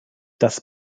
das